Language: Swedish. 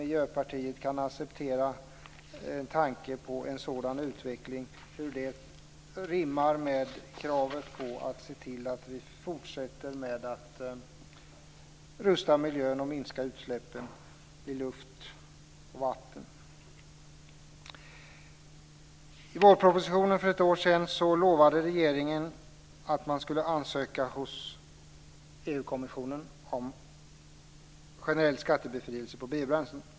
Miljöpartiet, kan acceptera tanken på en sådan utveckling. Hur rimmar det med kravet på att vi ska fortsätta att rusta upp miljön och minska utsläppen i luft och vatten? I vårpropositionen för ett år sedan lovade regeringen att man skulle ansöka hos EU-kommissionen om generell skattebefrielse för biobränslen.